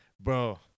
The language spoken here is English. bro